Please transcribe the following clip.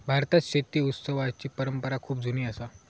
भारतात शेती उत्सवाची परंपरा खूप जुनी असा